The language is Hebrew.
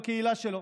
בקהילה שלו.